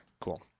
cool